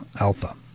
alpha